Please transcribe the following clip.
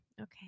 okay